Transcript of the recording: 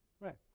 Right